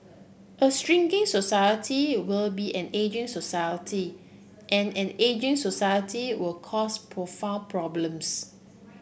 a shrinking society will be an ageing society and an ageing society will cause profound problems